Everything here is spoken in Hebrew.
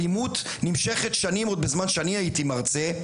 האלימות נמשכת שנים, עוד בזמן שאני הייתי מרצה.